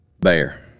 Bear